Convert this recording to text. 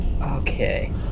Okay